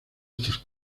estos